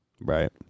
Right